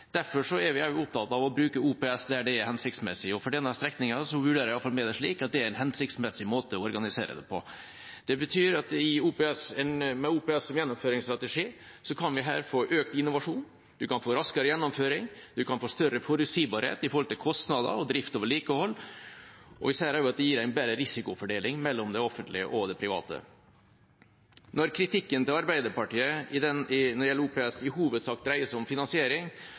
Derfor er vi også opptatt av å bruke OPS der det er hensiktsmessig. For denne strekningen vurderer i hvert fall vi det slik at det er en hensiktsmessig måte å organisere det på. Det betyr at med OPS som gjennomføringsstrategi kan vi her få økt innovasjon, vi kan få raskere gjennomføring, vi kan få større forutsigbarhet når det gjelder kostnader, drift og vedlikehold, og vi ser også at det gir en bedre risikofordeling mellom det offentlige og det private. Når Arbeiderpartiets kritikk når det gjelder OPS i hovedsak dreier seg om finansiering,